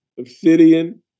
obsidian